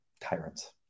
Tyrants